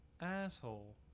Asshole